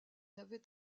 avait